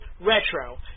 Retro